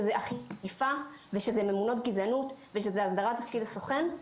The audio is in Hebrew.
אכיפה וממונות מוגנות והגדרת תפקיד הסוכן.